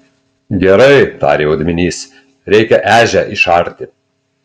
gerai tarė odminys reikia ežią išarti